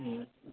ହୁଁ